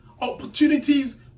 opportunities